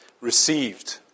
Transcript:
received